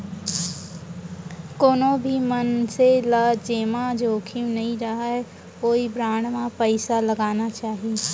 कोनो भी मनसे ल जेमा जोखिम नइ रहय ओइ बांड म पइसा लगाना चाही